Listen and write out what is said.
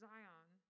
Zion